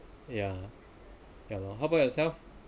yeah ya lah how about yourself okay